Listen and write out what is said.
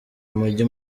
mujyi